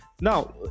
Now